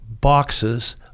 boxes